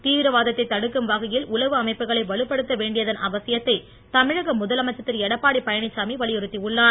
தீவிரவாதத்தை தடுக்கும் வகையில் உளவு அமைப்புகளை வலுப்படுத்த வேண்டியதன் அவசியத்தை தமிழக முதலமைச்சர் திரு எடப்பாடி பழனிச்சாமி வலியுறுத்தி உள்ளார்